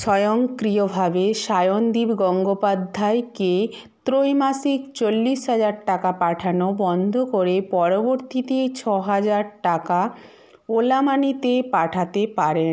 স্বয়ংক্রিয়ভাবে সায়নদীপ গঙ্গোপাধ্যায়কে ত্রৈমাসিক চল্লিশ হাজার টাকা পাঠানো বন্ধ করে পরবর্তীতে ছহাজার টাকা ওলা মানিতে পাঠাতে পারেন